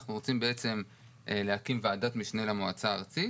אנחנו רוצים להקים ועדת משנה למועצה הארצית